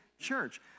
church